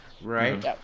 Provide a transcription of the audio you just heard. Right